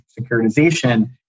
securitization